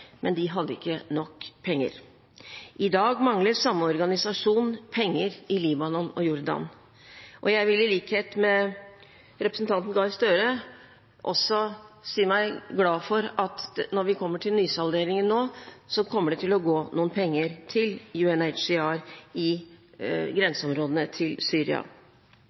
men de hadde ikke nok penger. I dag mangler samme organisasjon penger i Libanon og Jordan. Jeg vil i likhet med representanten Gahr Støre også si meg glad for at når vi kommer til nysalderingen nå, kommer det til å gå noen penger til UNHCR i grenseområdene til Syria.